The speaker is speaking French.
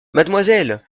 mademoiselle